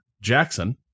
Jackson